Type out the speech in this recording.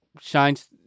shines